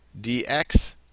DX